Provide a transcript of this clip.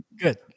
good